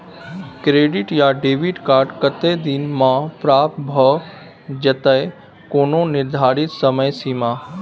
Credit या debit card कत्ते दिन म प्राप्त भ जेतै, कोनो निर्धारित समय सीमा?